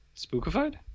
Spookified